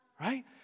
Right